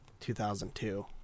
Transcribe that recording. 2002